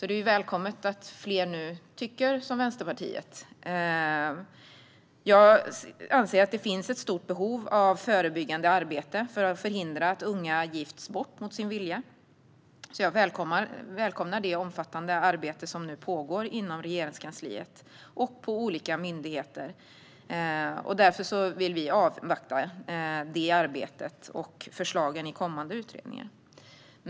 Det är välkommet att fler nu tycker som Vänsterpartiet. Jag anser att det finns ett stort behov av förebyggande arbete för att förhindra att unga gifts bort mot sin vilja, så jag välkomnar det omfattande arbete som nu pågår inom Regeringskansliet och på olika myndigheter. Vi vill därför avvakta det arbetet och förslagen i den kommande utredningen.